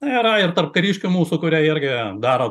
na yra ir tarp kariškių mūsų kurie irgi daro